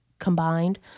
combined